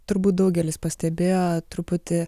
turbūt daugelis pastebėjo truputį